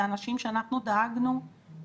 אנשים אנחנו דאגנו שיעבדו בצורה טובה.